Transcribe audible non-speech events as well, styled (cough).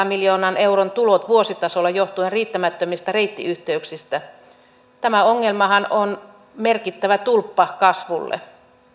(unintelligible) miljoonan euron tulot vuositasolla johtuen riittämättömistä reittiyhteyksistä tämä ongelmahan on merkittävä tulppa kasvulle